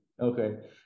Okay